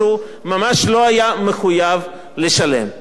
שהוא ממש לא היה מחויב לשלם.